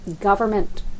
government